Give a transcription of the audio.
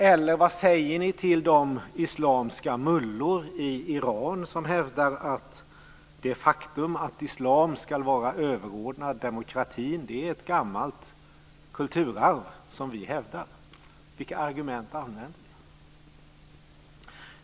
Eller vad säger ni till de islamiska mullor i Iran som hävdar att det faktum att islam ska vara överordnad demokratin är ett gammalt kulturarv? Vilka argument använder ni?